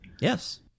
Yes